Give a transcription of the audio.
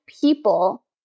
people